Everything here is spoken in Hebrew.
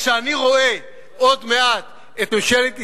וכשאני רואה עוד מעט את ממשלת ישראל,